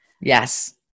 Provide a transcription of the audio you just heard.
Yes